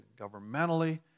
governmentally